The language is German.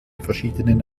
verschiedenen